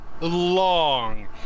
long